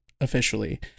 Officially